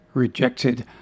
Rejected